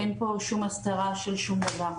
אין פה שום הסתרה של שום דבר.